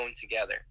together